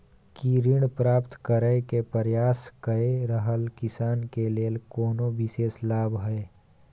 की ऋण प्राप्त करय के प्रयास कए रहल किसान के लेल कोनो विशेष लाभ हय?